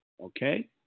Okay